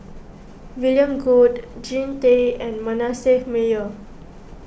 William Goode Jean Tay and Manasseh Meyer